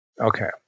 Okay